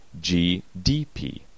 GDP